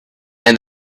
and